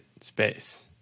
space